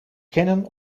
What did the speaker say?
canon